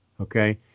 okay